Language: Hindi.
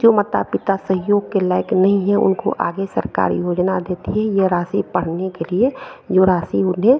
जो माता पिता सहयोग के लायक़ नहीं हैं उनको आगे सरकार योजना देती है यह राशि पढ़ने के लिए जो राशि उन्हें